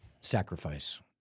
sacrifice